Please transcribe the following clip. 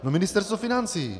Ministerstvo financí.